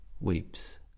weeps